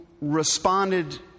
responded